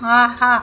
ஆஹா